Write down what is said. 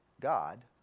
God